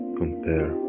compare